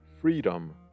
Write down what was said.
freedom